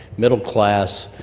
middle class,